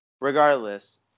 Regardless